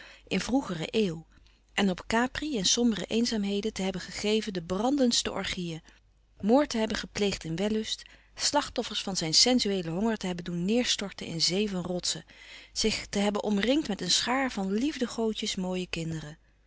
in vroegere eeuw en op capri in sombere eenzaamheden te hebben gegeven de brandendste orgieën moord te hebben gepleegd in wellust slachtoffers van zijn sensueelen honger te hebben doen neêrstorten in zee van rotsen zich te hebben omringd met een schaar van liefdegoodjes mooie kinderen